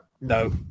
No